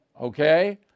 okay